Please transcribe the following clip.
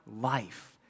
life